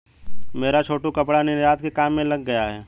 मेरा छोटू कपड़ा निर्यात के काम में लग गया है